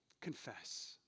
Confess